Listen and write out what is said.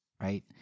right